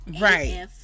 Right